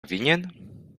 winien